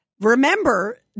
remember